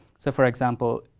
so, for example,